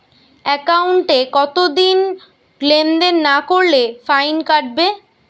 একাউন্টে কতদিন লেনদেন না করলে ফাইন কাটবে?